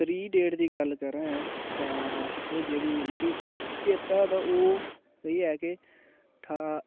त्री डेट दी गल्ल करां तां ओह् जेह्ड़ी मिगी चेता तां ओह् एह् ऐ के ठा